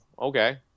okay